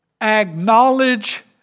acknowledge